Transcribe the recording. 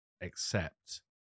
accept